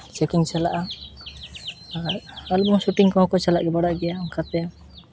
checking ᱪᱟᱞᱟᱜᱼᱟ ᱚᱸᱰᱮ album shooting ᱠᱚ ᱦᱚᱸ ᱠᱚ ᱪᱟᱞᱟᱣ ᱵᱟᱲᱟᱜ ᱜᱮᱭᱟ ᱚᱱᱠᱟᱛᱮ